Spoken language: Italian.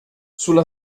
sulla